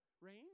rain